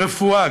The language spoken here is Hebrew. רפואה,